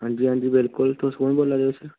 हांजी हांजी बिल्कुल तुस कु'न बोल्ला दे तुस